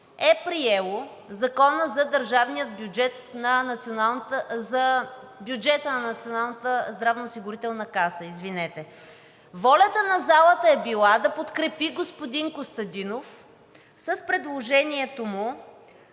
е приело Закона за бюджета на Националната здравноосигурителна каса. Волята на залата е била да подкрепи господин Костадинов с предложението му